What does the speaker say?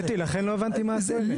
קטי ולכן לא הבנתי מה את טוענת?